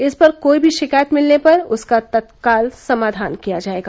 इस पर कोई भी शिकायत मिलने पर उसका तत्काल समाधान किया जायेगा